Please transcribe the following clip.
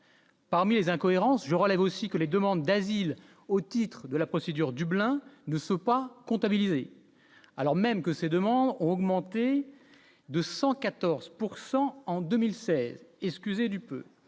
Parmi les incohérences je relève aussi que les demandes d'asile au titre de la procédure Dublin ne sommes pas comptabilisés, alors même que ces demandant en augmenter de 114 pourcent en 2016 et s'cusez du peu,